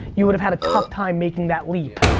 you would've had a tough time making that leap.